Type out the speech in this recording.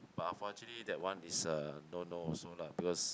but unfortunately that one is uh no no also lah because